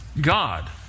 God